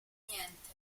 niente